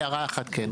הערה אחת, כן.